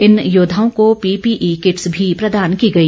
इन योद्वाओं को PPE kits भी प्रदान की गई